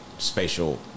Spatial